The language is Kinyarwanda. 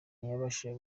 ntiyabashije